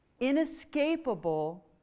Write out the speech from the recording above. inescapable